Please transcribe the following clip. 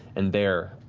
and there,